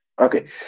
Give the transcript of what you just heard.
Okay